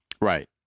Right